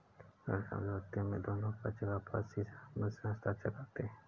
ऋण समझौते में दोनों पक्ष आपसी सहमति से हस्ताक्षर करते हैं